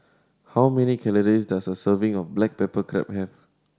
how many calories does a serving of black pepper crab have